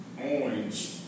orange